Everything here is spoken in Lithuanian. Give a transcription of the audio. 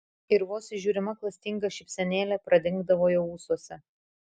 ir vos įžiūrima klastinga šypsenėlė pradingdavo jo ūsuose